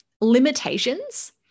limitations